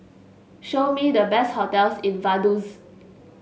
show me the best hotels in Vaduz